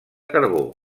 carbó